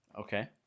Okay